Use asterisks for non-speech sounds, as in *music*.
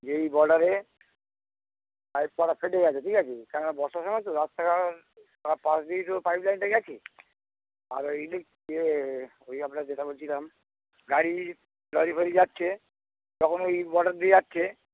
যে এই বর্ডারে পাইপ *unintelligible* ফেটে গেছে ঠিক আছে কেননা বর্ষার সময় তো রাস্তার পাশ দিয়েই তো পাইপলাইনটা গেছে আর ওই ইলেক ওই আপনার যেটা বলছিলাম গাড়ি গাড়ি ফাড়ি যাচ্ছে তখন ওই বর্ডার দিয়ে যাচ্ছে